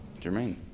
Jermaine